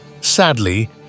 Sadly